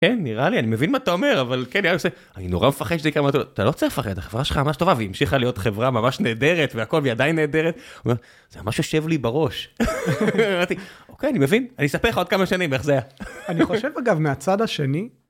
כן, נראה לי, אני מבין מה אתה אומר, אבל כן, אני נורא מפחד שזה יקרה מה... אתה לא צריך לפחד, החברה שלך ממש טובה, והיא המשיכה להיות חברה ממש נהדרת, והכול, היא עדיין נהדרת, זה ממש יושב לי בראש. אוקיי, אני מבין, אני אספר לך עוד כמה שנים איך זה היה. אני חושב, אגב, מהצד השני...